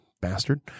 bastard